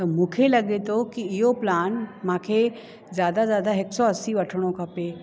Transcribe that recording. त मूंखे लॻे थो की इहो प्लान मूंखे ज्यादा ज्यादा हिक सौ असी वठिणो खपे